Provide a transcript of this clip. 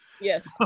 Yes